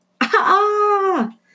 Ah